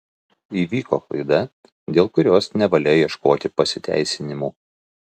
įvyko klaida dėl kurios nevalia ieškoti pasiteisinimų